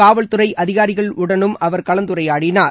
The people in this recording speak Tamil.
காவல்துறை அதிகரிகளுடனும் அவர் கலந்துரையாடினார்